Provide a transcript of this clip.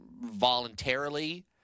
voluntarily